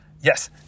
Yes